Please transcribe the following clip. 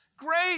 great